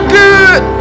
good